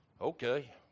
Okay